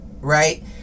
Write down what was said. right